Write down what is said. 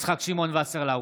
יצחק שמעון וסרלאוף,